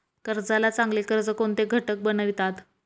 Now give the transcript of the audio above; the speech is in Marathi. कर्जाला चांगले कर्ज कोणते घटक बनवितात?